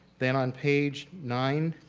then on page nine,